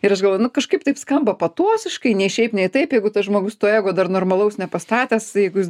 ir aš galvoju nu kažkaip taip skamba patosiškai nei šiaip nei taip jeigu tas žmogus to ego dar normalaus nepastatęs jeigu jis